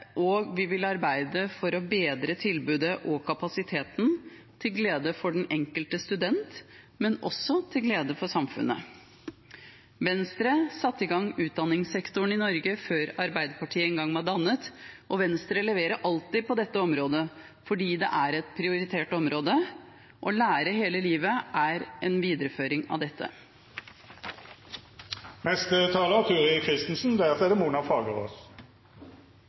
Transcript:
og vi vil arbeide for å bedre tilbudet og kapasiteten til glede for den enkelte student, men også til glede for samfunnet. Venstre satte i gang utdanningssektoren i Norge før Arbeiderpartiet engang var dannet, og Venstre leverer alltid på dette området, fordi det er et prioritert område. Å lære hele livet er en videreføring av dette. Det er heldigvis veldig mange i denne salen som virkelig er